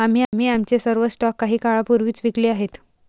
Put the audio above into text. आम्ही आमचे सर्व स्टॉक काही काळापूर्वीच विकले आहेत